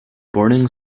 boarding